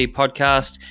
podcast